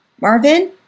Marvin